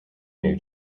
new